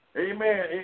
Amen